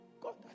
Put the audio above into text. God